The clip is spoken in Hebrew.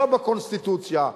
לא בקונסטיטוציה,